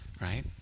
right